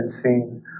seen